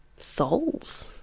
souls